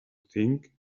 think